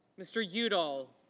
mr. udall.